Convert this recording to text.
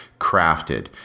crafted